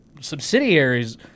subsidiaries